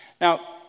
Now